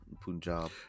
Punjab